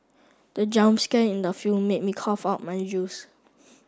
the jump scare in the film made me cough out my juice